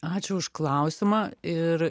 ačiū už klausimą ir